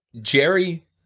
Jerry